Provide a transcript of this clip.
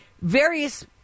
various